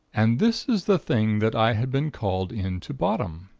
and this is the thing that i had been called in to bottom!